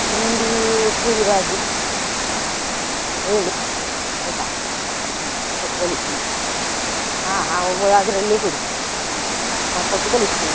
ತಿಂಡಿ ಪೂರಿ ಬಾಜಿ ಏಳು ಆಯಿತ ಹ್ಞೂ ಕೊಟ್ಟು ಕಳಿಸಿ ಹಾಂ ಹಾಂ ಹ್ಞೂ ಅದರಲ್ಲೆ ಕೊಡಿ ಹಾಂ ಕೊಟ್ಟು ಕಳಿಸಿ